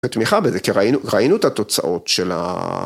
ותמיכה בזה, כי ראינו את התוצאות של ה...